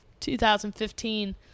2015